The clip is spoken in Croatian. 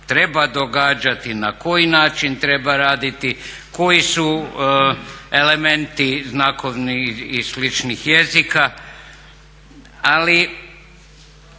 treba događati, na koji način treba raditi, koji su elementi znakovni i sličnih jezika. Ali